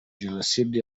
jenoside